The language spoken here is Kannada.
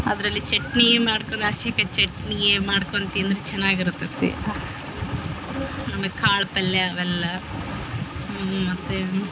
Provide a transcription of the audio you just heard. ಅದರಲ್ಲಿ ಚಟ್ನಿ ಮಾಡ್ಕೊಂಡು ಹಸಿಕಾಯಿ ಚಟ್ನಿಯೇ ಮಾಡ್ಕೊಂಡು ತಿಂದರೆ ಚೆನ್ನಾಗಿ ಇರ್ತತಿ ಅಮೆಕ್ ಕಾಳು ಪಲ್ಯ ಅವೆಲ್ಲ ಮತ್ತು